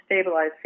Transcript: stabilize